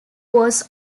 was